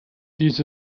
dies